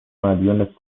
مدیون